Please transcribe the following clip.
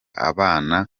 abana